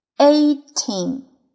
Eighteen